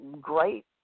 great